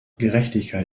gerechtigkeit